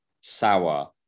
sour